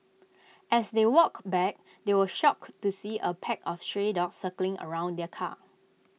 as they walked back they were shocked to see A pack of stray dogs circling around their car